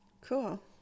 cool